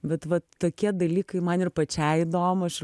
bet vat tokie dalykai man ir pačiai įdomu aš ir